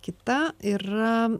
kita yra